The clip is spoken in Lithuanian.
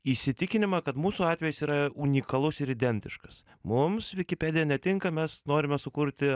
įsitikinimą kad mūsų atvejis yra unikalus ir identiškas mums wikipedia netinka mes norime sukurti